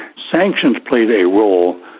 sanctions played a role,